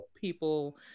people